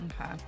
Okay